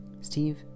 Steve